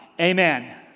Amen